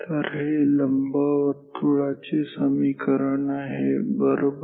तर हे लंबवर्तुळाचे समीकरण आहे बरोबर